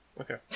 Okay